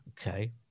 okay